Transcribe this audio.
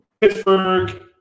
Pittsburgh